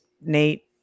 Nate